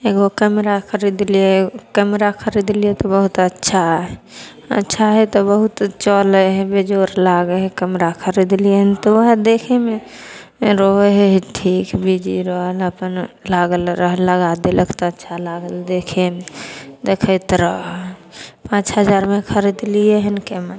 एगो केमरा खरीदलियै केमरा खरीदलियै तऽ बहुत अच्छा हइ अच्छा हइ तऽ बहुत चलै हइ बेजोड़ लागै हइ केमरा खरीदलियै हन तऽ ओहए देखैमे रहै हइ ठीक बीजी रहल अपन लागल रह लगा देलक तऽ अच्छा लागल देखैमे देखैत रहऽ पाँच हजारमे खरीदलियै हन केमरा